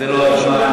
זה לא הזמן.